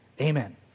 amen